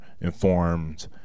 informed